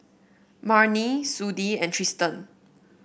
Marnie Sudie and Tristan